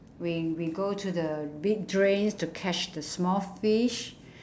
we we go to the big drains to catch the small fish